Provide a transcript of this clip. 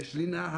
יש לי נהג,